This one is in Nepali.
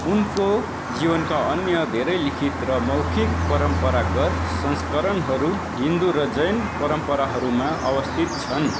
उनको जीवनका अन्य धेरै लिखित र मौखिक परम्परागत संस्करणहरू हिन्दू र जैन परम्पराहरूमा अवस्थित छन्